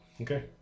Okay